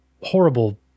horrible